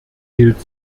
gilt